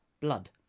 blood